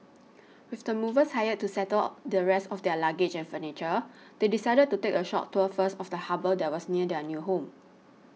with the movers hired to settle the rest of their luggage and furniture they decided to take a short tour first of the harbour that was near their new home